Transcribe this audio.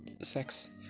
sex